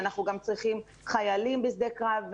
אנחנו גם צריכים חיילים בשדה קרב,